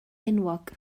enwog